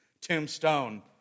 tombstone